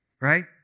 right